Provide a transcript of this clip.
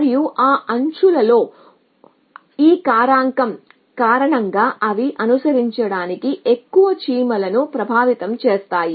మరియు ఆ అంచులలో ఈ కారకం కారణంగా అవి అనుసరించడానికి ఎక్కువ చీమలను ప్రభావితం చేస్తాయి